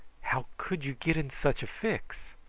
how could you get in such a fix?